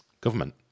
government